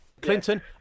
Clinton